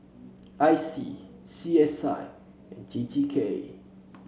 I C C S I and T T K